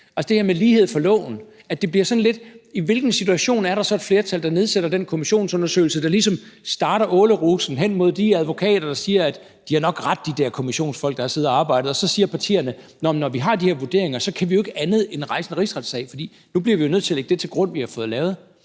altså det her med lighed for loven. Det bliver sådan lidt med, at i hvilken situation er der så et flertal, der nedsætter en kommissionsundersøgelse, der ligesom starter ålerusen hen mod de advokater, der siger, at de der kommissionsfolk, der har siddet og arbejdet, nok har ret, og så siger partierne, at når vi har de vurderinger, kan vi jo ikke andet end rejse en rigsretssag, for nu bliver vi nødt til at lægge det til grund, vi har fået lavet.